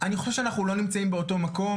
אני חושב שאנחנו לא נמצאים באותו מקום,